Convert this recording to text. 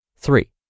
Three